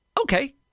Okay